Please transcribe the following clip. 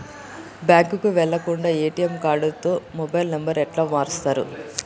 బ్యాంకుకి వెళ్లకుండా ఎ.టి.ఎమ్ కార్డుతో మొబైల్ నంబర్ ఎట్ల మారుస్తరు?